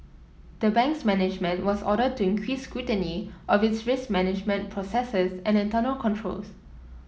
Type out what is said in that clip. the bank's management was ordered to increase scrutiny of its risk management processes and internal controls